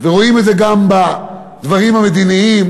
ורואים את זה גם בדברים המדיניים,